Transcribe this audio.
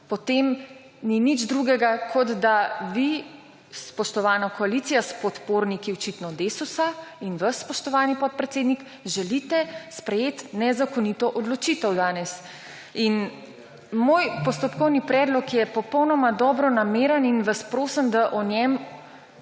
potem ni nič drugega kot, da vi spoštovana koalicija s podporniki očitno Desus in vas, spoštovani podpredsednik, želite sprejeti nezakonito odločitev danes. Moj postopkovni predlog je popolnoma dobronameren in vas prosim, da o njem